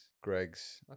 Greg's